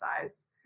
size